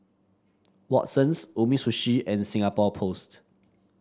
Watsons Umisushi and Singapore Post